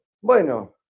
bueno